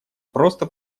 просто